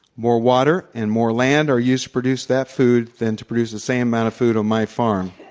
more water and more land are used to produce that food than to produce the same amount of food on my farm.